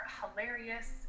hilarious